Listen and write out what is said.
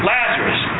Lazarus